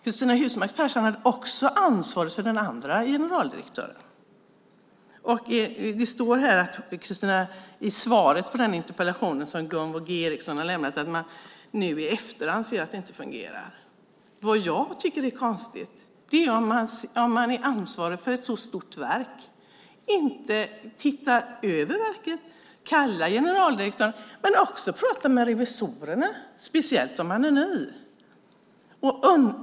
Cristina Husmark Pehrsson hade också ansvaret för den förre generaldirektören. Det står i svaret på den interpellation som Gunvor G Ericson lämnat in att man nu i efterhand ser att det inte fungerar. Vad jag tycker är konstigt om man är ansvarig för ett så stort verk är att man inte tittar över verket, kallar generaldirektören och pratar med revisorerna, speciellt om man är ny.